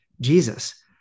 Jesus